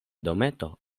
dometo